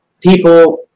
people